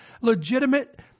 legitimate